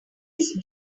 ace